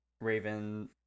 raven